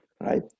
right